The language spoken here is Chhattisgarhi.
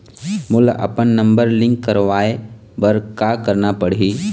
मोला अपन नंबर लिंक करवाये बर का करना पड़ही?